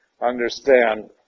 understand